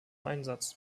einsatz